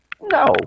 No